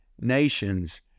nations